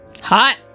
Hot